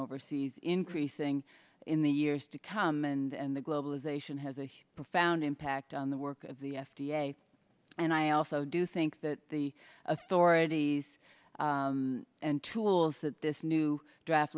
overseas increasing in the years to come and the globalization has a profound impact on the work of the f d a and i also do think that the authorities and tools that this new draft